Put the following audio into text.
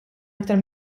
aktar